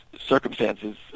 circumstances